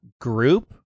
group